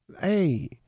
Hey